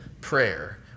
prayer